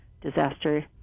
disaster